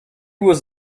was